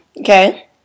okay